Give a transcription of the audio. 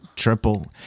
Triple